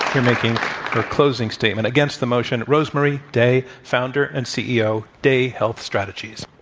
here making her closing statement against the motion rosemarie day, founder and ceo day health strategies.